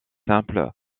simple